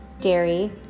dairy